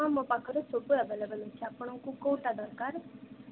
ହଁ ମୋ ପାଖରେ ସବୁ ଆଭଲେବଲ ଅଛି ଆପଣଙ୍କୁ କୋଉଟା ଦରକାର